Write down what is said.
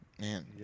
Man